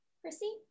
Chrissy